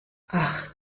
ach